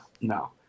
No